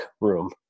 room